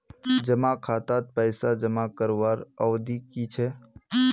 जमा खातात पैसा जमा करवार अवधि की छे?